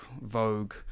Vogue